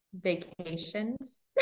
vacations